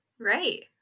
Right